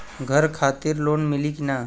घर खातिर लोन मिली कि ना?